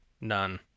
None